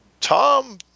Tom